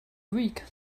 week